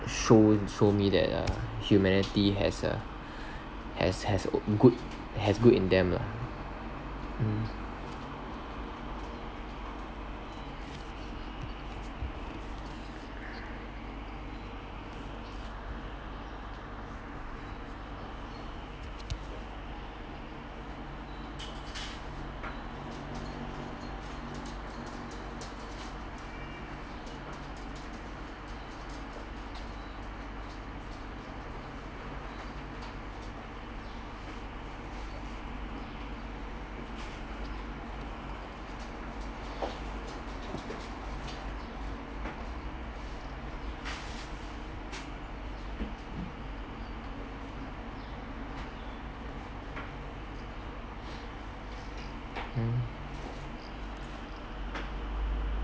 shown show me that uh humanity has uh has has good has good in them lah mm mm